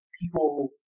people